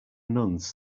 nuns